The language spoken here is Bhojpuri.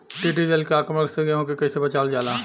टिडी दल के आक्रमण से गेहूँ के कइसे बचावल जाला?